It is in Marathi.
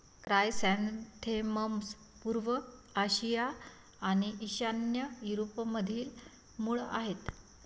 क्रायसॅन्थेमम्स पूर्व आशिया आणि ईशान्य युरोपमधील मूळ आहेत